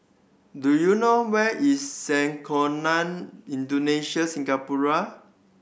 do you know where is Sekolah Indonesia Singapura